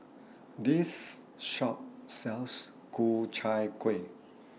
This Shop sells Ku Chai Kueh